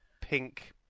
pink